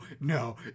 no